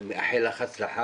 אני מברך אותך ומאחל לך הצלחה,